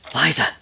Liza